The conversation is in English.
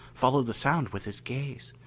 followed the sound with his gaze.